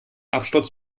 absturz